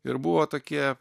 ir buvo tokie